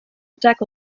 attack